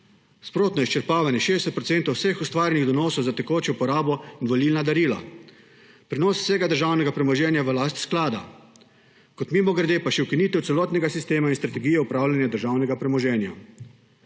sprotno izčrpavanje 60 % vseh ustvarjenih donosov za tekočo porabo in volilna darila, prenos vsega državnega premoženja v last sklada, kot mimogrede pa še ukinitev celotnega sistema iz strategije upravljanja državnega premoženja.